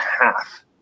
half